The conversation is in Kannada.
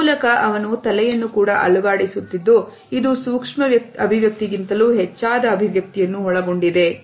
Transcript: ಈ ಮೂಲಕ ಅವನು ತಲೆಯನ್ನು ಕೂಡ ಅಲುಗಾಡಿಸುತ್ತಿದ್ದ ಇದು ಸೂಕ್ಷ್ಮ ವ್ಯಕ್ತಿಗಿಂತಲೂ ಹೆಚ್ಚಾದ ಅಭಿವ್ಯಕ್ತಿಗಳನ್ನು ಒಳಗೊಂಡಿದೆ